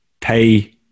pay